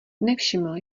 nevšiml